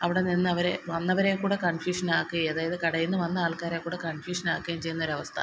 അവിടെ നിന്നവരെ വന്നവരെ കൂടെ കൺഫ്യൂഷൻ ആക്കി അതായത് കടയിൽ നിന്ന് വന്ന ആൾക്കാരെ കൂടെ കൺഫ്യൂഷനാക്കുകയും ചെയ്യുന്ന ഒരവസ്ഥ